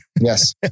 Yes